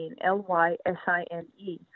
L-Y-S-I-N-E